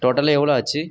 டோட்டலா எவ்வளோ ஆச்சி